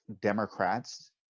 Democrats